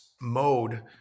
mode